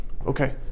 okay